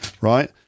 right